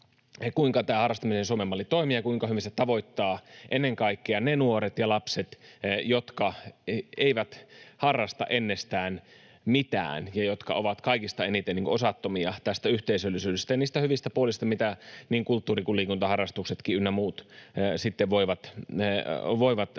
kuinka tämä harrastamisen Suomen malli toimii ja kuinka hyvin se tavoittaa ennen kaikkea ne nuoret ja lapset, jotka eivät harrasta ennestään mitään ja jotka ovat kaikista eniten osattomia tästä yhteisöllisyydestä ja niistä hyvistä puolista, mitä niin kulttuuri- kuin liikuntaharrastukset ynnä muut voivat tuoda.